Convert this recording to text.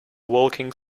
walking